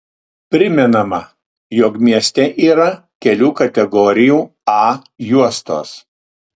primenama jog mieste yra kelių kategorijų a juostos